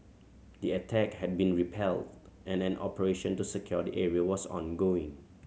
the attack had been repelled and an operation to secure the area was ongoing